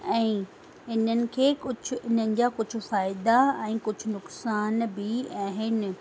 ऐं इन्हनि खे कुझु इन्हनि जा कुझु फ़ाइदा ऐं कुझु नुकसानु बि आहिनि